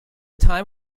time